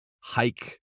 hike